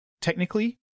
technically